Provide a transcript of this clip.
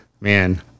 Man